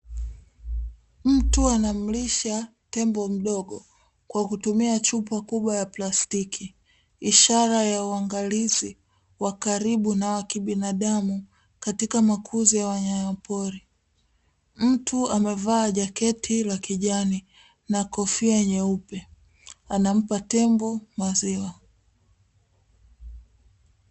Mtu anamlisha tembo mdogo kwa kutumia chupa kubwa ya plastiki, ishara ya uangalizi wa karibu na wa kibinadamu katika makuzi ya wanyama pori. Mtu amevaa jaketi la kijani na kofia nyeupe anampa tembo maziwa.